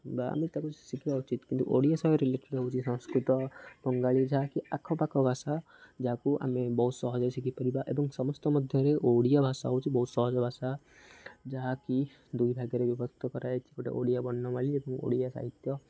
ବା ଆମେ ତାକୁ ଶିଖିବା ଉଚିତ୍ କିନ୍ତୁ ଓଡ଼ିଆ ସହିତ ରିଲେଟେଡ଼୍ ହେଉଛି ସଂସ୍କୃତ ବଙ୍ଗାଳୀ ଯାହାକି ଆଖପାଖ ଭାଷା ଯାହାକୁ ଆମେ ବହୁତ ସହଜରେ ଶିଖିପାରିବା ଏବଂ ସମସ୍ତ ମଧ୍ୟରେ ଓଡ଼ିଆ ଭାଷା ହେଉଛି ବହୁତ ସହଜ ଭାଷା ଯାହାକି ଦୁଇ ଭାଗରେ ବିଭକ୍ତ କରାଯାଇଛିି ଗୋଟେ ଓଡ଼ିଆ ବର୍ଣ୍ଣମାଳୀ ଏବଂ ଓଡ଼ିଆ ସାହିତ୍ୟ